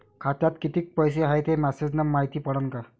खात्यात किती पैसा हाय ते मेसेज न मायती पडन का?